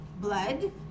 blood